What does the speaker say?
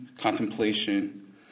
Contemplation